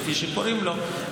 כפי שקוראים לו,